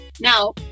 now